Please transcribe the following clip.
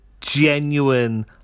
genuine